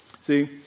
See